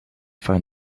find